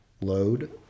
load